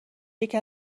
یکی